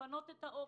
לפנות את האוכל,